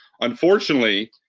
unfortunately